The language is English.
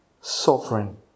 sovereign